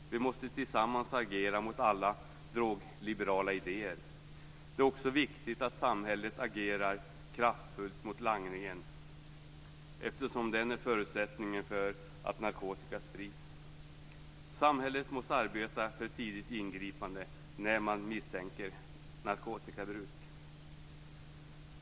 Vi måste tillsammans agera mot alla drogliberala idéer. Det är också viktigt att samhället agerar kraftfullt mot langningen, eftersom den är förutsättningen för att narkotika sprids. Samhället måste arbeta för ett tidigt ingripande när man misstänker narkotikabruk.